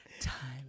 time